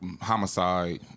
homicide